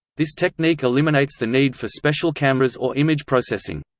this technique eliminates the need for special cameras or image processing.